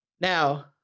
Now